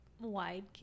wide